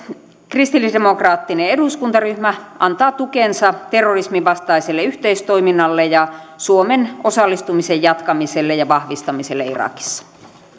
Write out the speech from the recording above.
kristillisdemokraattinen eduskuntaryhmä antaa tukensa terrorismin vastaiselle yhteistoiminnalle ja suomen osallistumisen jatkamiselle ja vahvistamiselle irakissa